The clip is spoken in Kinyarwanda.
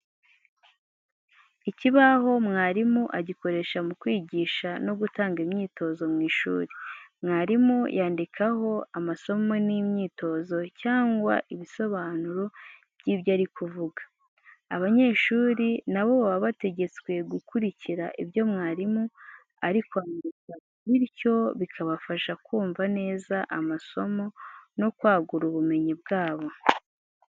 Ikibaho mwarimu agikoresha mu kwigisha no gutanga imyitozo mu ishuri. Mwarimu yandikaho amasomo n'imyitozo, cyangwa ibisobanuro byibyo ari kuvuga. Abanyeshuri na bo baba bategetswe gukurikira ibyo umwarimu ari kwandika bityo bikabafasha kumva neza amasomo no kwagura ubumenyi bwabo.